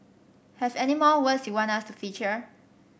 have any more words you want us to feature